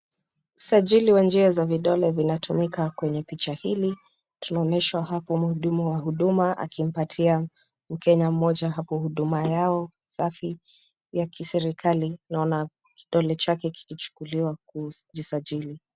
Sajili wa njia za vidole vinatumika kwenye picha hili. Tunaonyeshwa hapo mhudumu wa huduma akimpatia mkenya mmoja hapo huduma yao safi ya kiserikali. Naona kidole chake kikichukuliwa kujisajili.